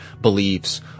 beliefs